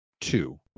two